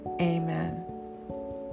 Amen